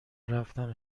رفتم